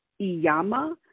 Iyama